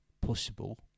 possible